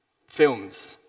films,